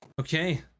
Okay